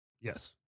Yes